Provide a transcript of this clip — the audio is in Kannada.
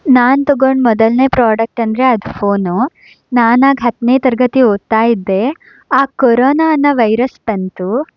ನಾನು ತಗೊಂಡ ಮೊದಲನೇ ಪ್ರಾಡಕ್ಟ್ ಅಂದರೆ ಅದು ಫೋನು ನಾನಾಗ ಹತ್ತನೇ ತರಗತಿ ಓದ್ತಾ ಇದ್ದೆ ಆಗ ಕೊರೋನಾ ಅನ್ನೋ ವೈರಸ್ ಬಂತು